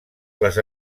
les